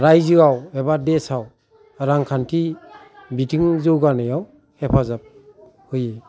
रायजोआव एबा देशआव रांखान्थि बिथिं जौगानायाव हेफाजाब होयो